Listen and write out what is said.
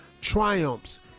triumphs